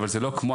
אבל זה לא כמו